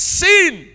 sin